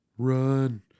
Run